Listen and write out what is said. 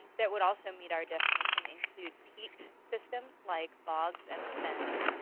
that would also meet our definition include peat systems, like bogs and fens.